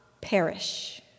perish